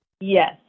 yes